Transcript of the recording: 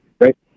Right